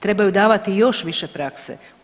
Trebaju davati još više prakse.